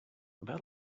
about